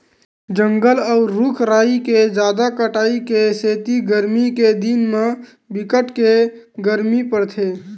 जंगल अउ रूख राई के जादा कटाई के सेती गरमी के दिन म बिकट के गरमी परथे